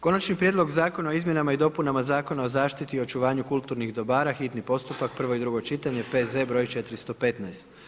Konačni prijedlog Zakona o izmjenama i dopunama Zakona o zaštiti i očuvanju kulturnih dobara, hitni postupak, prvo i drugo čitanje, P.Z. br. 415.